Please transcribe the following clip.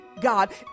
God